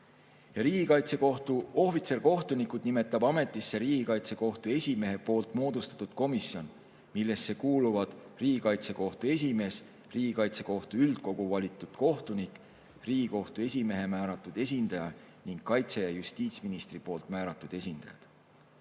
Riigikaitsekohtu ohvitserkohtunikud nimetab ametisse Riigikaitsekohtu esimehe moodustatud komisjon, millesse kuuluvad Riigikaitsekohtu esimees, Riigikaitsekohtu üldkogu valitud kohtunik, Riigikohtu esimehe määratud esindaja ning kaitse- ja justiitsministri määratud esindajad.